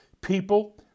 people